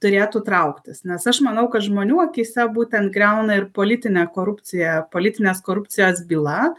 turėtų trauktis nes aš manau kad žmonių akyse būtent griauna ir politinę korupciją politinės korupcijos byla